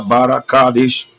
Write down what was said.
Barakadish